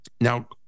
Now